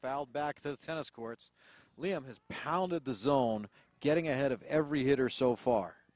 foul back to the tennis courts liam has pounded the zone getting ahead of every hitter so far